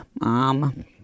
Mom